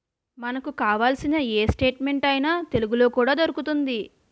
మనకు కావాల్సిన ఏ స్టేట్మెంట్ అయినా తెలుగులో కూడా దొరుకుతోంది